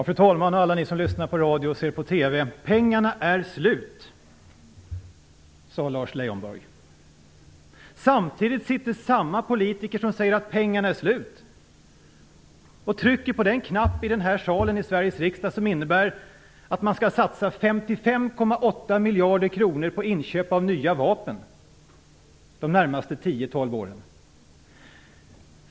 Fru talman! Alla ni som lyssnar på radio och ser på TV! Pengarna är slut, sade Lars Leijonborg. Samtidigt sitter samma politiker som säger att pengarna är slut och trycker på den knapp här i Sveriges riksdag som innebär att man skall satsa 55,8 miljarder kronor på inköp av nya vapen de närmaste tio tolv åren.